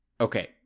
okay